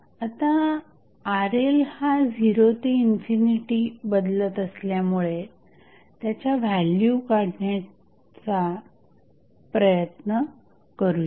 तर आता RL हा 0 ते इन्फिनिटी बदलत असल्यामुळे त्याच्या व्हॅल्यू काढण्याचा प्रयत्न करुया